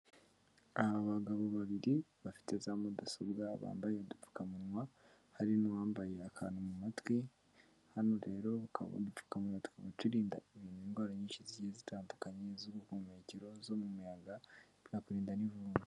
Abagabo babiri bafite za mudasobwa bambaye udupfukamunwa, hari n'uwambaye akantu mu matwi, hano rero ukaba udupfukamunwa, tukaba turinda ibintu, indwara nyinshi zigiye zitandukanye z'ubuhumekero, izo mu muyaga no kurinda n'ivumbi.